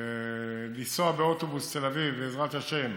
לנסוע באוטובוס לתל אביב, בעזרת השם,